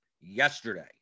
yesterday